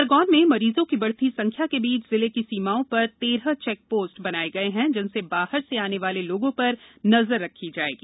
खरगौन में मरीजों की बढ़ती संख्या के बीच जिले की सीमाओं पर तेरह चेकपोस्ट बनाये गये हैं जिनसे बाहर से आने वाले लोगों पर नजर रखी जायेगी